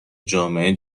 جامعه